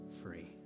free